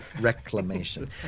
Reclamation